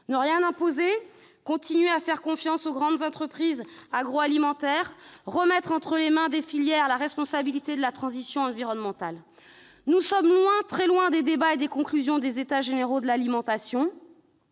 ne rien imposer, continuer à faire confiance aux grandes entreprises agroalimentaires et remettre entre les mains des filières la responsabilité de la transition environnementale. Nous sommes loin, très loin, des débats et des conclusions des États généraux de l'alimentation,